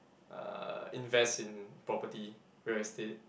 uh invest in property real estate